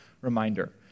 reminder